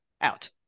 out